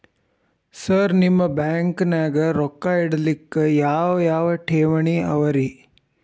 Sir ನಿಮ್ಮ ಬ್ಯಾಂಕನಾಗ ರೊಕ್ಕ ಇಡಲಿಕ್ಕೆ ಯಾವ್ ಯಾವ್ ಠೇವಣಿ ಅವ ರಿ?